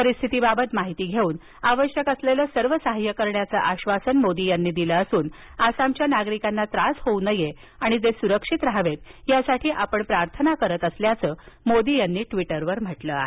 परिस्थितीबाबत माहिती घेऊन आवश्यक असलेले सर्व साहाय्य करण्याचं आश्वासन मोदी यांनी दिलं असून आसामच्या नागरिकांना त्रास होऊ नये आणि ते सुरक्षित राहावेत यासाठी आपण प्रार्थना करीत असल्याचं मोदी यांनी ट्वीटरवर म्हटलं आहे